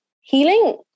healing